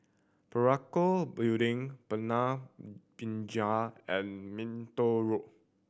Parakou Building Binja and Minto Road